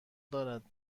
دارد